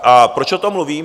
A proč o tom mluvím?